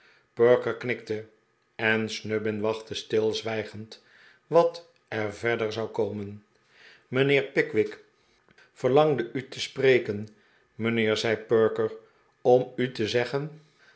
perker knikte en snubbin wachtte stilzwijgend wat er verder zou'komen mijnheer pickwick verlangde u te spreken mijnheer zei perker om u te zeggen